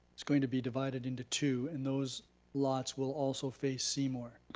is going to be divided into two and those lots will also face seymour,